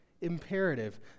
Imperative